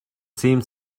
seemed